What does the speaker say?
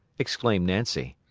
exclaimed nancy.